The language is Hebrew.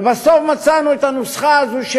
ובסוף מצאנו את הנוסחה הזאת,